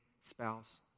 spouse